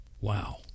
Wow